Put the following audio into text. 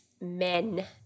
men